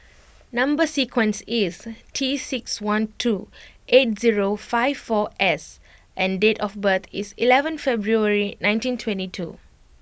number sequence is T six one two eight zero five four S and date of birth is eleven February nineteen twenty two